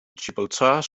gibraltar